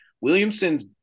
Williamson's